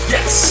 Yes